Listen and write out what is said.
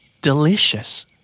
Delicious